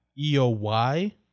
E-O-Y